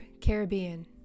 Caribbean